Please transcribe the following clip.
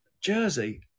Jersey